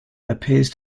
appears